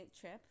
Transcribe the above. trip